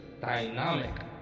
dynamic